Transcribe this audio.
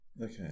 Okay